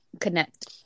connect